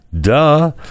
Duh